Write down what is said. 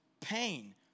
pain